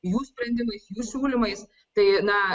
jų sprendimais jų siūlymais tai na